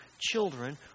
children